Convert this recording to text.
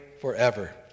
forever